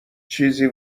چیزی